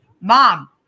Mom